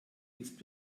ist